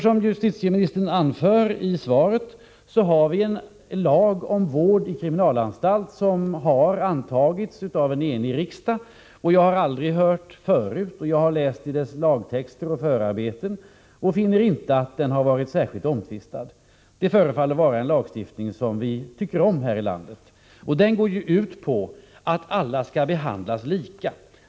Som justitieministern anförde i svaret har vi en lag om kriminalvård i anstalt som har antagits av en enig riksdag. Jag har aldrig förut hört att den har varit särskilt omtvistad, och det har jag inte heller kunnat finna när jag läst lagtexten och förarbetena till den. Det förefaller vara en lagstiftning som vi tycker om här i landet, och den går ut på att alla skall behandlas lika.